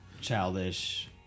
Childish